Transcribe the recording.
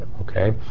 Okay